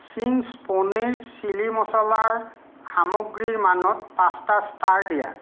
Ching's paneer chilli মচলাৰ সামগ্ৰীৰ মানত পাঁচটা ষ্টাৰ দিয়া